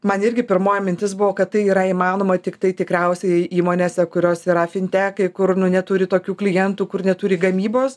man irgi pirmoji mintis buvo kad tai yra įmanoma tiktai tikriausia įmonėse kurios kur nu neturi tokių klientų kur neturi gamybos